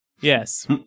Yes